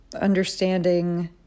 understanding